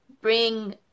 bring